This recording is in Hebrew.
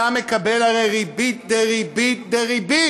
אתה מקבל הרי ריבית דריבית דריבית,